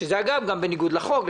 שזה אגב גם בניגוד לחוק,